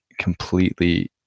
completely